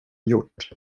gjort